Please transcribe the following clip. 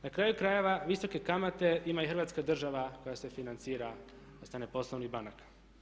Na kraju krajeva visoke kamate ima i Hrvatska država koja se financira od strane poslovnih banaka.